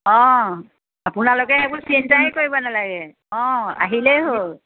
অঁ আপোনালোকে একো চিন্তাই কৰিব নেলাগে অঁ আহিলেই হ'ল